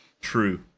True